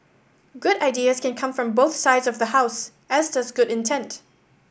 good ideas can come from both sides of the House as does good intent